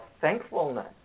thankfulness